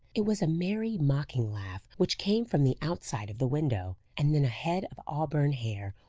it was a merry, mocking laugh, which came from the outside of the window, and then a head of auburn hair,